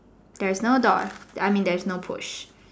there is no door I mean there is no push